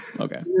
okay